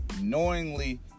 knowingly